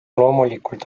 loomulikult